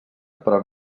però